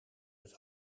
het